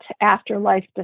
afterlife